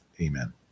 amen